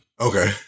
Okay